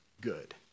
good